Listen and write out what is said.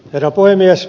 herra puhemies